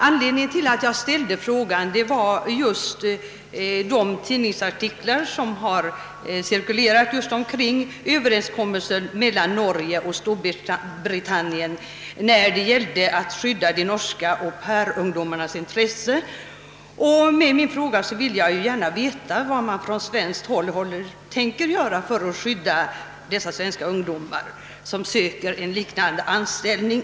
Anledningen till att jag framställde min fråga var de tidningsartiklar som varit synliga rörande den överenskommelse som träffats mellan Norge och Storbritannien i avsikt att skydda de norska au pair-ungdomarnas intressen, och jag ville med min fråga få ett besked om vad man från svenskt håll tänker göra för att skydda våra ungdomar som söker liknande anställningar.